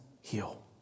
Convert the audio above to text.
heal